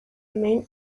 main